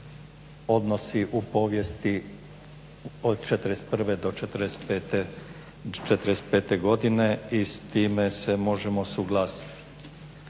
odnosi u povijesti od '41. do '45. godine i s time se možemo suglasiti.